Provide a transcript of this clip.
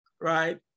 Right